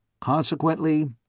Consequently